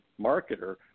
marketer